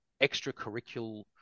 extracurricular